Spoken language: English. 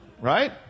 right